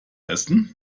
essen